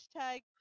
Hashtag